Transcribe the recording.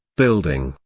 building,